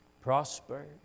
prosper